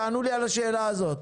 תענו לי על השאלה הזאת.